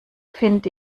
finde